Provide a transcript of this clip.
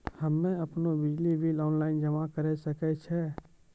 हम्मे आपनौ बिजली बिल ऑनलाइन जमा करै सकै छौ?